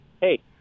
hey